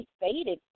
faded